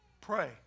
pray